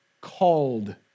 called